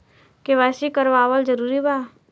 KYC करवावल जरूरी बा?